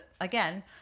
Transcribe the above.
again